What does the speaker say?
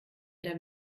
der